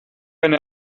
eine